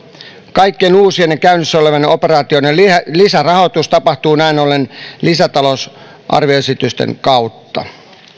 kaikkien uusien ja käynnissä olevien operaatioiden lisärahoitus tapahtuu näin ollen lisätalousarvioesitysten kautta